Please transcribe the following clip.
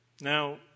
Now